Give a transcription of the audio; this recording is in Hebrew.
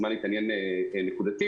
מוזמן להתעניין נקודתית,